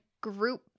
group